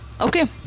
okay